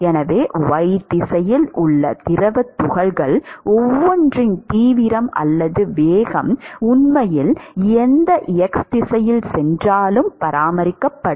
எனவே y திசையில் உள்ள திரவத் துகள்கள் ஒவ்வொன்றின் தீவிரம் அல்லது வேகம் உண்மையில் எந்த x திசையில் சென்றாலும் பராமரிக்கப்படும்